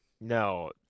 no